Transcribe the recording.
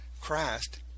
Christ